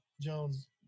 Jones